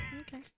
okay